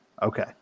Okay